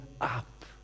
up